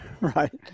Right